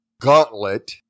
gauntlet